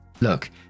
Look